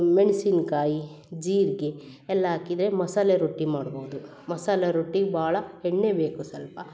ಮೆಣ್ಸಿನಕಾಯಿ ಜೀರ್ಗೆ ಎಲ್ಲಾ ಹಾಕಿದ್ರೆ ಮಸಾಲೆ ರೊಟ್ಟಿ ಮಾಡ್ಬೌದು ಮಸಾಲ ರೊಟ್ಟಿ ಭಾಳ ಎಣ್ಣೆ ಬೇಕು ಸ್ವಲ್ಪ